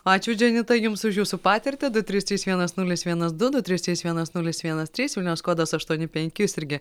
ačiū dženita jums už jūsų patirtį du trys trys vienas nulis vienas du du trys trys vienas nulis vienas trys vilniaus kodas aštuoni penki jūs irgi